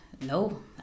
No